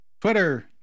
Twitter